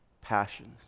passions